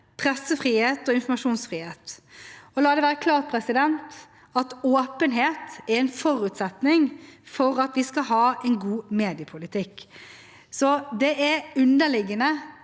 pressefrihet og informasjonsfrihet. Og la det være klart at åpenhet er en forutsetning for at vi skal ha en god mediepolitikk. Det er underliggende